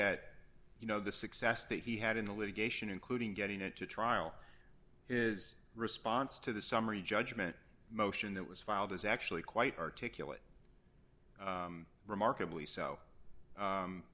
at you know the success that he had in the litigation including getting it to trial is response to the summary judgment motion that was filed is actually quite articulate remarkably so